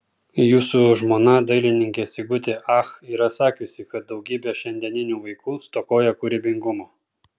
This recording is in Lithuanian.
jūsų žmona dailininkė sigutė ach yra sakiusi kad daugybė šiandieninių vaikų stokoja kūrybingumo